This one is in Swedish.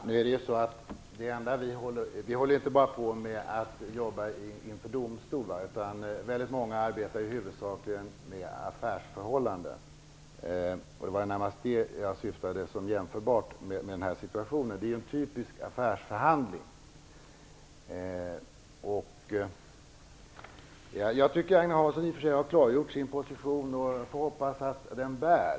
Fru talman! Vi jobbar inte bara inför domstol. Väldigt många arbetar huvudsakligen med affärsförhållanden. Det var närmast det jag syftade på som jämförbart med denna situation. Det gäller ju en typisk affärsförhandling. Jag tycker att Agne Hansson har klargjort sin position. Jag får hoppas att den bär.